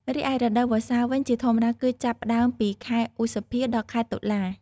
រីឯរដូវវស្សាវិញ ជាធម្មតាគឺចាប់ផ្ដើមពីខែឧសភា ដល់ខែតុលា។